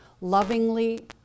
lovingly